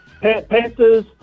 Panthers